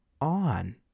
on